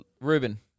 Ruben